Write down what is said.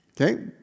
Okay